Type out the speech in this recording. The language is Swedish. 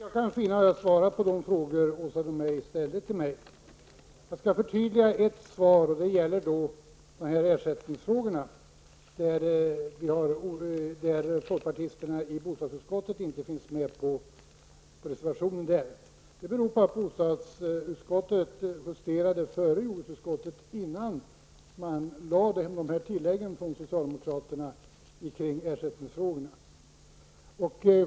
Herr talman! Jag kan knappast hinna svara på de frågor som Åsa Domeij ställde till mig. Jag skall förtydliga ett svar. Det gäller ersättningsfrågorna. Folkpartisterna i bostadsutskottet finns inte med på den aktuella reservationen. Det beror på att bostadsutskottet justerade sitt betänkande före jordbruksutskottet, dvs. innan socialdemokraterna gjorde de här tilläggen beträffande ersättningsfrågorna.